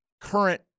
current –